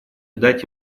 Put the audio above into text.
дать